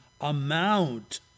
amount